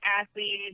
athletes